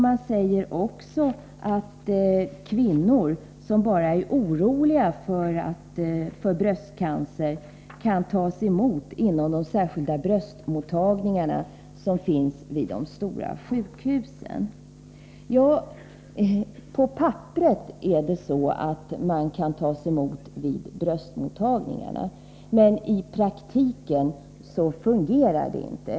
Man säger också att kvinnor som bara är oroliga för bröstcancer kan tas emot inom de särskilda bröstmottagningar som finns vid de stora sjukhusen. På papperet är det så att man kan tas emot vid bröstmottagningarna, men i praktiken fungerar det inte.